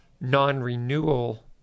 non-renewal